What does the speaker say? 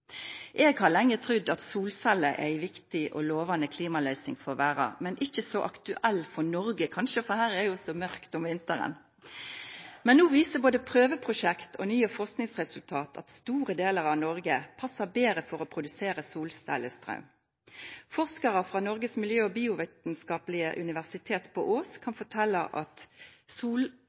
Eg har lenge trudd at solceller er ei viktig og lovande klimaløysing for verda, men ikkje så aktuell for Noreg, kanskje, for her er det så mørkt om vinteren. Men no viser både prøveprosjekt og nye forskingsresultat at store delar av Noreg passar betre for å produsera solcellestraum. Forskarar frå Noregs miljø- og biovitskaplege universitet på Ås kan fortelja at